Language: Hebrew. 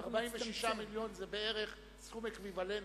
46 מיליון זה בערך סכום אקוויוולנטי.